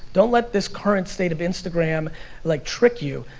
don't let this current state of instagram like trick you.